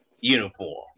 uniform